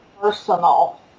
personal